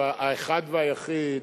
האחד והיחיד